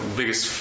biggest